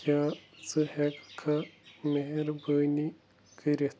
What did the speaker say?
کیٛاہ ژٕ ہٮ۪کھا مہربٲنی کٔرِتھ